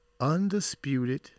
undisputed